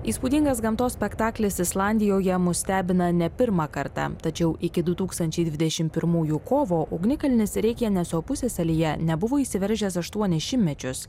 įspūdingas gamtos spektaklis islandijoje mus stebina ne pirmą kartą tačiau iki du tūkstančiai dvidešim pirmųjų kovo ugnikalnis reikjaneso pusiasalyje nebuvo įsiveržęs aštuonis šimtmečius